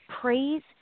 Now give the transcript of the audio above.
praise